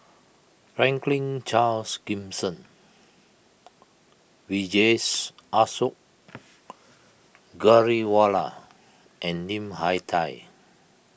Franklin Charles Gimson Vijesh Ashok Ghariwala and Lim Hak Tai